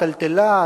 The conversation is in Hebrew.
טלטלה,